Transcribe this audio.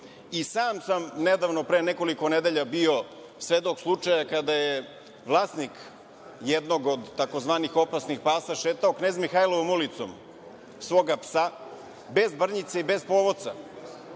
I sam sam nedavno, pre nekoliko nedelja bio svedok slučaja kada je vlasnik jednog od tzv. opasnih pasa šetao Knez Mihailovom ulicom svoga psa bez brnjice i bez povodca.